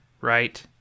right